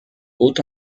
haut